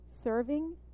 serving